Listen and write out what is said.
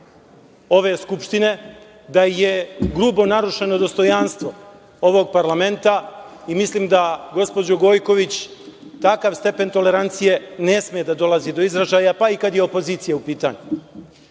ove Skupštine, da je grubo narušeno dostojanstvo ovog parlamenta i mislim da, gospođo Gojković, takav stepen tolerancije ne sme da dolazi do izražaja, pa i kada je opozicija u pitanju. Radi